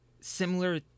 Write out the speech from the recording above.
similar